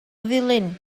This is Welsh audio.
ddulyn